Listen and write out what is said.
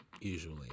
Usually